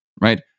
right